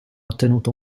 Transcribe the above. ottenuto